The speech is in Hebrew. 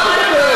מה פתאום.